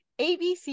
ABC